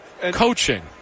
Coaching